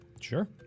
sure